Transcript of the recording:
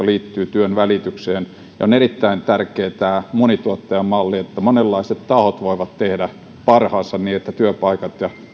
työnvälitykseen ja on erittäin tärkeä tämä monituottajamalli että monenlaiset tahot voivat tehdä parhaansa niin että työpaikat ja